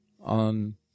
on